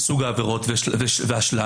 סוג העבירות והשלב,